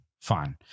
fine